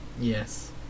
Yes